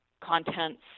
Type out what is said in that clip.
contents